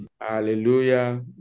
Hallelujah